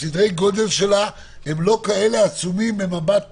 סדרי הגודל שלה הם לא כאלה עצומים ממבט תקציבי.